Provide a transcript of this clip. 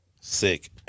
sick